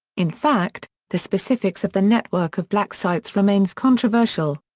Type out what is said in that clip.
in fact, the specifics of the network of black sites remains controversial.